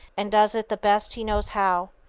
and does it the best he knows how.